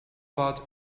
about